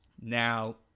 Now